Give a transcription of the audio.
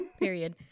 period